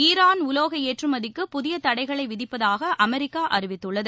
Iran உலோக ஏற்றுமதிக்கு புதிய தடைகளை விதிப்பதாக அமெரிக்கா அறிவித்துள்ளது